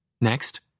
Next